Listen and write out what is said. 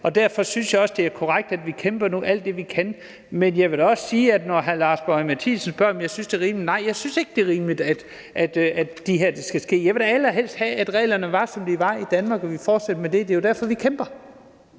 Derfor synes jeg også, det er korrekt, at vi kæmper alt det, vi kan, men jeg vil da også sige, når hr. Lars Boje Mathiesen spørger, om jeg synes, det er rimeligt: Nej, jeg synes ikke, det er rimeligt, at det her skal ske. Jeg ville da allerhelst have, at reglerne var, som de var i Danmark, og at vi fortsatte med det. Det er jo derfor, vi kæmper.